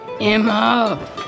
Emma